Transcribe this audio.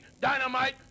dynamite